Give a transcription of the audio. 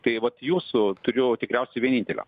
tai vat jūsų turiu tikriausiai vienintelio